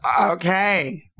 Okay